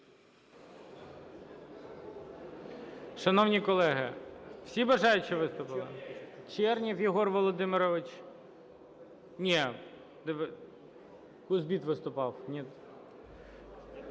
Шановні колеги, всі бажаючі виступили? Чернєв Єгор Володимирович. Ні, Кузбит виступав.